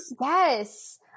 Yes